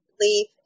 leaf